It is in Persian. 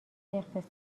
اقتصادی